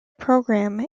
program